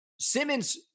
Simmons